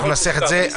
אנחנו ננסח את זה.